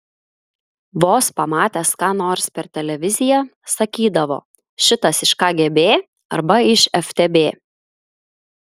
vos pamatęs ką nors per televiziją sakydavo šitas iš kgb arba iš ftb